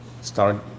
start